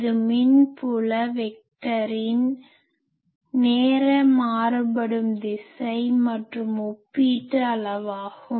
இது மின்புல வெக்டாரின் நேர மாறுபடும் திசை மற்றும் ஒப்பீட்டு அளவாகும்